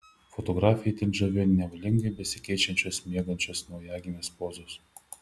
fotografę itin žavėjo nevalingai besikeičiančios miegančios naujagimės pozos